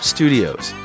Studios